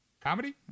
comedy